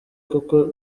koko